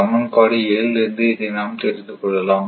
சமன்பாடு 7 இலிருந்து இதை நாம் தெரிந்து கொள்ளலாம்